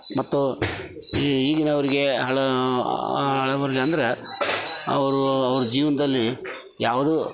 ಮತ್ತು ಈಗಿನವ್ರಿಗೆ ಹಳಬರಿಗೆ ಅಂದ್ರೆ ಅವರು ಅವ್ರ ಜೀವನದಲ್ಲಿ ಯಾವುದು